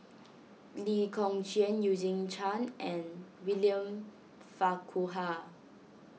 Lee Kong Chian Eugene Chen and William Farquhar